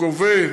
הוא גובה,